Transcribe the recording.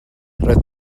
roedd